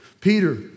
Peter